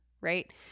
Right